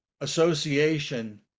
association